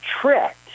tricked